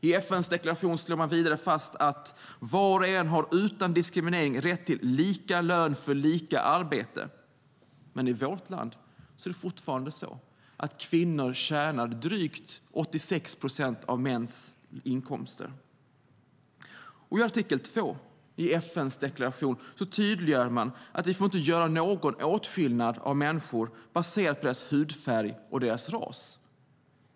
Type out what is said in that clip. I FN:s deklaration slår man vidare fast att "var och en har utan diskriminering rätt till lika lön för lika arbete", men i vårt land är det fortfarande så att kvinnor har drygt 86 procent av mäns inkomster. I artikel 2 i FN:s deklaration tydliggör man att vi inte får göra någon åtskillnad på människor baserat på deras hudfärg eller ras.